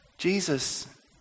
Jesus